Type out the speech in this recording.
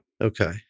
Okay